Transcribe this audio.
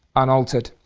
unaltered.